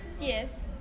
Yes